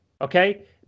Okay